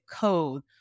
code